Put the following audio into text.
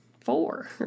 four